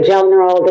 General